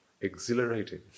Exhilarating